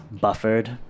buffered